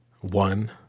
One